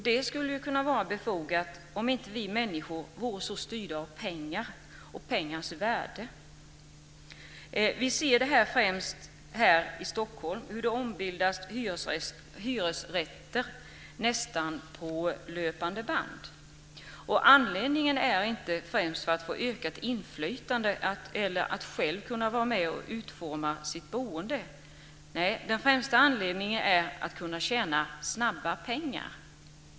Det skulle kunna vara befogat om inte vi människor vore så styrda av pengar och pengars värde. Vi ser främst här i Stockholm hur hyresrätter ombildas nästan på löpande band. Anledningen är inte främst att få ökat inflytande eller att själv kunna vara med och utforma sitt boende. Nej, den främsta anledningen är att kunna tjäna snabba pengar.